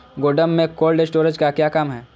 गोडम में cold storage का क्या काम है?